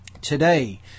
Today